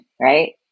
right